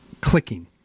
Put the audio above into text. clicking